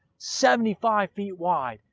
seventy five feet wide,